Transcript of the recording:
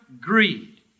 greed